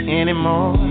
anymore